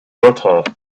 better